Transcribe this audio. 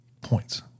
Points